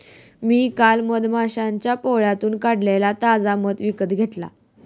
मी काल मधमाश्यांच्या पोळ्यातून काढलेला ताजा मध विकत घेतला